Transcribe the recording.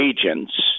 agents